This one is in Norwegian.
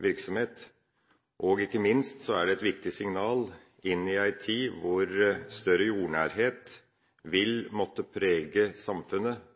virksomhet. Ikke minst er det et viktig signal inn i ei tid hvor større jordnærhet vil måtte prege samfunnet